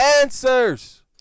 answers